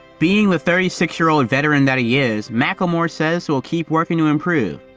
being with thirty six year old veteran that he is, mclemore, sense we'll keep working to improve.